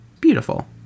Beautiful